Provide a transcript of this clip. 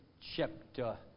chapter